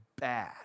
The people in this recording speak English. bad